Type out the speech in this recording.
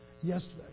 yesterday